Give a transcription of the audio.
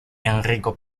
enrico